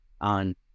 on